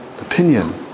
opinion